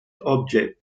object